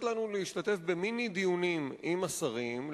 לנו להשתתף במיני דיונים עם השרים,